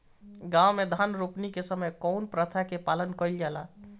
गाँव मे धान रोपनी के समय कउन प्रथा के पालन कइल जाला?